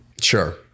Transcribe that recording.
Sure